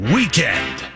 Weekend